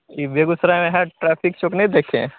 यह बेगूसराय में है ट्रैफिक चौक नहीं देखे